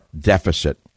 deficit